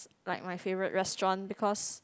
like my favourite restaurant because